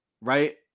right